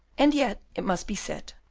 and yet it must be said,